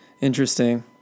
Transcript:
Interesting